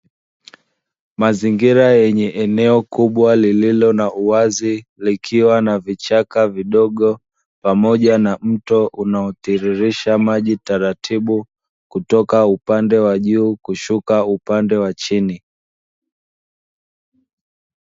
Mazingira yenye eneo kubwa la uwazi, likiwa na vichaka vidogo pamoja na mto unaotiririsha maji taratibu, kutoka upande wa juu kushuka upande wa chini.